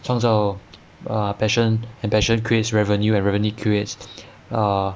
创造 err passion and passion creates revenue and revenue creates err